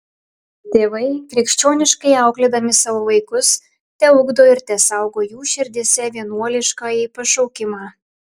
tėvai krikščioniškai auklėdami savo vaikus teugdo ir tesaugo jų širdyse vienuoliškąjį pašaukimą